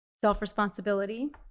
self-responsibility